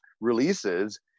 releases